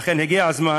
לכן, הגיע הזמן,